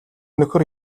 нөхөр